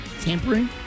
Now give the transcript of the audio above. tampering